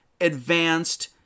advanced